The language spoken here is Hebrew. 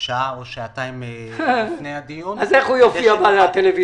שעה או שעתיים לפני הדיון -- אז איך הוא יופיע בטלוויזיה?